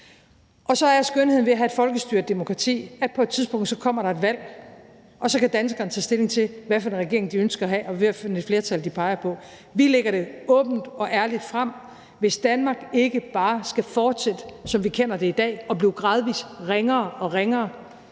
Og så er skønheden ved at have folkestyre og demokrati, at der på et tidspunkt kommer et valg, og så kan danskerne tage stilling til, hvad for en regering de ønsker at have, og hvad for et flertal de peger på. Vi lægger det åbent og ærligt frem: Hvis Danmark ikke bare skal fortsætte, som vi kender det i dag, og blive gradvis ringere og ringere,